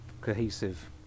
cohesive